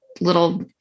little